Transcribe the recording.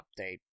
update